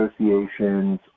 associations